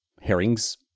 herrings